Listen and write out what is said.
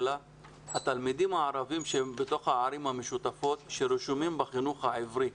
התלמידים הערבים שהם בתוך הערים המשותפות שרשומים בחינוך העברי,